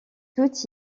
tout